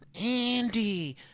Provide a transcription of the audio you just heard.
Andy